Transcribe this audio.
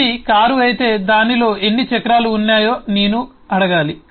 ఇది కారు అయితే దానిలో ఎన్ని చక్రాలు ఉన్నాయో నేను అడగాలి